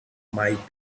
might